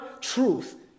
truth